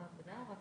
"חבל על